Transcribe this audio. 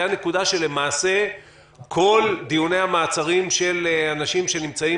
והיא שלמעשה כל דיוני המעצרים של אנשים שנמצאים